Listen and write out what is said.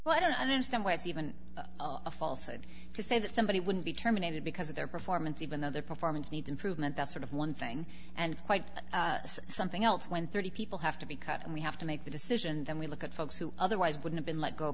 well i don't understand why it's even a falsehood to say that somebody would be terminated because of their performance even though their performance needs improvement that's sort of one thing and it's quite something else when thirty people have to be cut and we have to make the decision then we look at folks who otherwise would have been let go